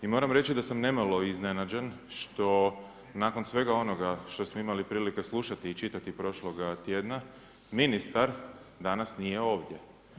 I moram reći da sam nemalo iznenađen, što nakon svega onoga što smo imali prilike slušati i čitati prošloga tjedna, ministar danas nije ovdje.